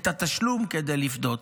את התשלום כדי לפדות.